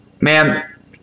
man